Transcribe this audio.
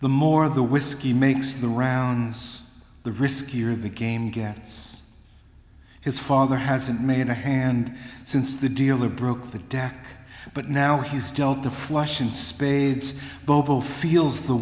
the more the whiskey makes the rounds the riskier the game gets his father hasn't made a hand since the dealer broke the deck but now he's dealt a flush in spades bobo feels the